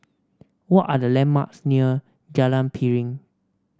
what are the landmarks near Jalan Piring